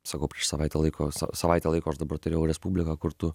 sakau prieš savaitę laiko savaitę laiko aš dabar turėjau respubliką kur tu